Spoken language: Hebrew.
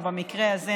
או במקרה הזה,